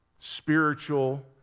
spiritual